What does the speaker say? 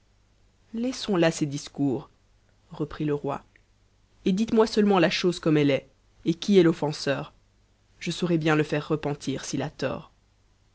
a ces discours reprit le roi et dites-moi pu etnent la chose comme elle est et qui est fohenseur je saurai bien je fh e repentir s'il a tort